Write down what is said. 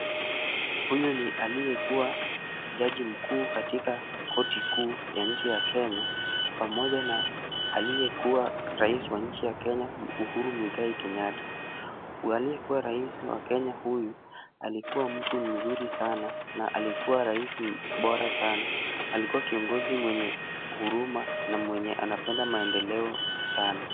Huyu ni aliyekuwa jaji mkuu katika koti kuu ya nchi ya Kenya pamoja na aliyekuwa rais wa nchi ya Kenya, Uhuru Muigai Kenyatta. Aliyekuwa rais wa Kenya huyu, alikuwa mtu mzuri sana na alikuwa rais bora sana. Alikuwa kiongozi mwenye huruma na mwenye anapenda maendeleo sana.